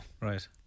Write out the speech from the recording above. Right